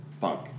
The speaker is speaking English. funk